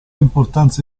importanza